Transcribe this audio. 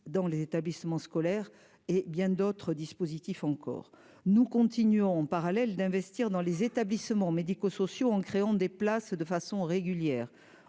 dans les établissements scolaires et bien d'autres dispositifs encore nous continuerons parallèle d'investir dans les établissements médico-sociaux en créant des places de façon régulière